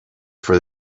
for